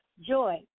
Joy